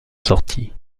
sortie